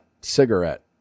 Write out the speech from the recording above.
Cigarette